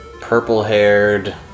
Purple-haired